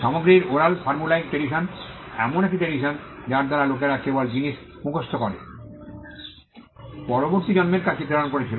সামগ্রিক oral formulaic tradition এমন একটি ট্রেডিশন যার দ্বারা লোকেরা কেবল জিনিস মুখস্ত করে পরবর্তী প্রজন্মের কাছে প্রেরণ করেছিল